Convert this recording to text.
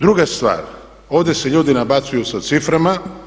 Druga stvar, ovdje se ljudi nabacuju sa ciframa.